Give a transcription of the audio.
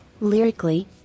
Lyrically